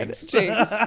James